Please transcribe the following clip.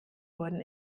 wurden